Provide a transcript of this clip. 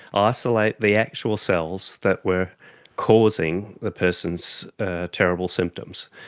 ah isolate the actual cells that were causing the person's terrible symptoms?